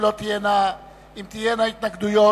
אם תהיינה התנגדויות,